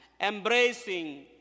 embracing